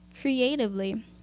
Creatively